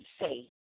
say